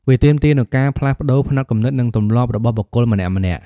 វាទាមទារនូវការផ្លាស់ប្តូរផ្នត់គំនិត និងទម្លាប់របស់បុគ្គលម្នាក់ៗ។